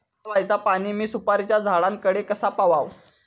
हया बायचा पाणी मी सुपारीच्या झाडान कडे कसा पावाव?